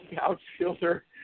outfielder